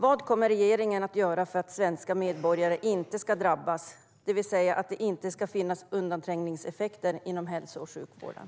Vad kommer regeringen att göra för att svenska medborgare inte ska drabbas, det vill säga att det inte ska finnas undanträngningseffekter inom hälso och sjukvården?